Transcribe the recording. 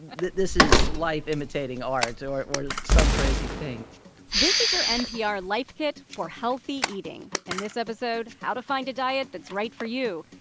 this this is life imitating art or or some crazy thing this is your npr life kit for healthy eating. in this episode how to find a diet that's right for you,